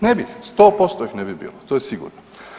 Ne bi, 100% ih ne bi bilo to je sigurno.